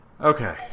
okay